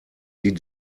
die